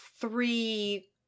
three